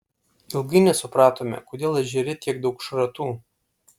ilgai nesupratome kodėl ežere tiek daug šratų